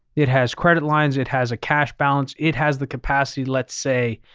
it has credit lines, it has a cash balance, it has the capacity, let's say,